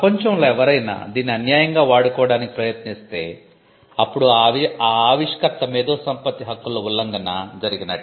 ప్రపంచంలో ఎవరైనా దీన్ని అన్యాయంగా వాడుకోవడానికి ప్రయత్నిస్తే అప్పుడు ఆ ఆవిష్కర్త మేధోసంపత్తి హక్కుల ఉల్లంఘన జరిగినట్లే